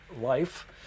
Life